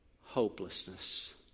hopelessness